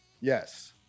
Yes